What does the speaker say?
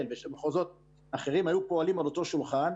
ושל מחוזות אחרים היו פועלים על אותו שולחן,